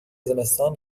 زمستان